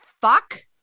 fuck